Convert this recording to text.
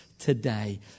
today